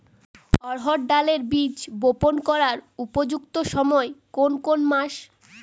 অড়হড় ডালের বীজ বপন করার উপযুক্ত সময় কোন কোন মাস?